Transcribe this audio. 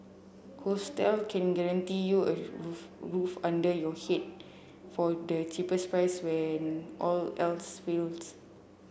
hostel can guarantee you a roof under your head for the cheapest price when all else